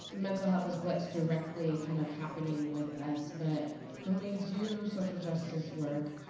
mental health is what is directly kind of happening with us, but when we do social justice work,